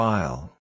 File